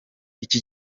iki